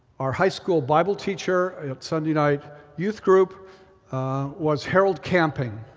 our high school bible teacher at sunday night youth group was harold camping.